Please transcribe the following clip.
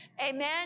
Amen